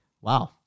wow